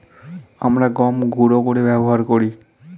আমরা গম গুঁড়ো করে ব্যবহার করি